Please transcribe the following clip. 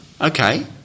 okay